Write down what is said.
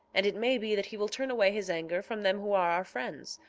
and it may be that he will turn away his anger from them who are our friends,